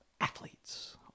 athletes